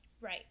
right